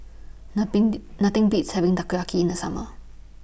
Nothing Nothing Beats having Takoyaki in The Summer